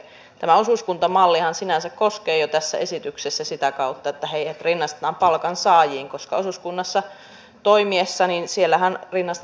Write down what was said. tämä osuuskuntamallihan sinänsä koskee jo tässä esityksessä sitä kautta että heidät rinnastetaan palkansaajiin koska osuuskunnassa toimiessaan heidät rinnastetaan palkansaajiin